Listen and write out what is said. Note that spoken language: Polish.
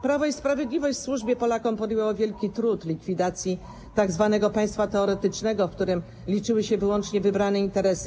Prawo i Sprawiedliwość w służbie Polakom podjęło wielki trud likwidacji tzw. państwa teoretycznego, w którym liczyły się wyłącznie wybrane interesy.